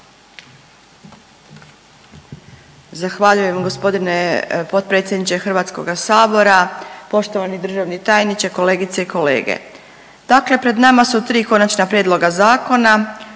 Zahvaljujem gospodine potpredsjedniče Hrvatskoga sabora. Poštovani državni tajniče, kolegice i kolege, dakle pred nama su tri konačna prijedloga zakona,